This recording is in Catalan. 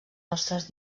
nostres